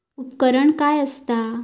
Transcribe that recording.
उपकरण काय असता?